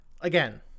again